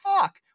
fuck